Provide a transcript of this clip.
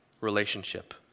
relationship